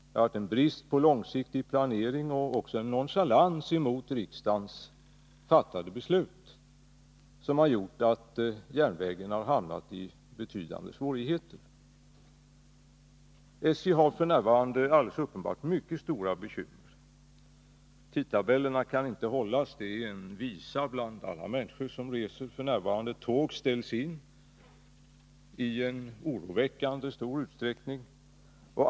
Det har varit en brist på långsiktig planering och också en nonchalans mot riksdagens fattade beslut som har gjort att järnvägen har hamnat i betydande svårigheter. SJ har f. n. alldeles uppenbart mycket stora bekymmer. Tidtabellerna kan inte hållas — det är en visa bland alla människor som reser f. n. Tåg ställs in i en oroväckande stor utsträckning.